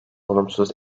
olumsuz